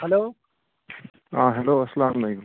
hello ah hello السلام علیکم